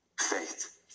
faith